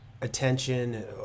attention